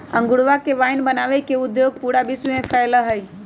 अंगूरवा से वाइन बनावे के उद्योग पूरा विश्व में फैल्ल हई